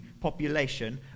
population